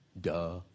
Duh